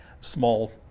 small